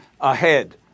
ahead